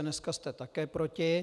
Dneska jste také proti.